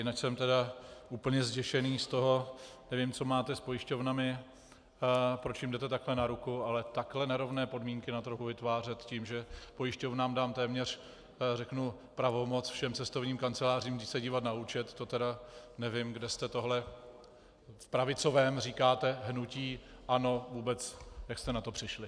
Jinak jsem tedy úplně zděšený z toho, nevím, co máte s pojišťovnami, proč jim jdete takhle na ruku, ale takhle nerovné podmínky na trhu vytvářet tím, že pojišťovnám dám téměř, řeknu, pravomoc všem cestovním kancelářím se dívat na účet, to tedy nevím, kde jste tohle v pravicovém, říkáte, hnutí ANO vůbec jak jste na to přišli?